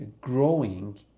growing